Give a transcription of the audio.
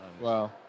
Wow